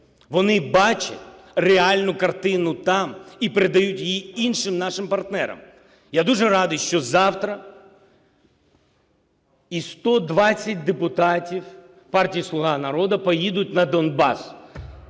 Вони бачать реальну картину там і передають її іншим нашим партнерам. Я дуже радий, що завтра 120 депутатів партії "Слуга народу" поїдуть на Донбас.